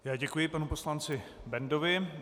Já děkuji panu poslanci Bendovi.